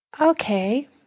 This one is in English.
Okay